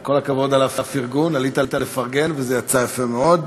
כל כבוד על הפרגון, עלית לפרגן וזה יצא יפה מאוד.